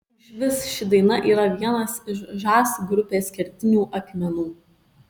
išvis ši daina yra vienas iš žas grupės kertinių akmenų